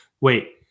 wait